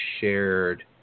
shared